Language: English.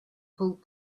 pulled